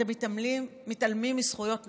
אתם מתעלמים מזכויות נשים.